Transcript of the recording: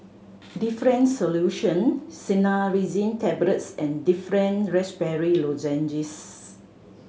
Difflam Solution Cinnarizine Tablets and Difflam Raspberry Lozenges